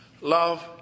Love